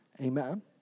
Amen